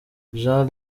jean